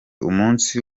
umunsi